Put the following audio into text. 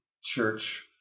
church